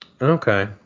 Okay